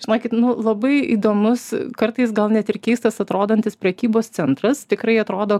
žinokit nu labai įdomus kartais gal net ir keistas atrodantis prekybos centras tikrai atrodo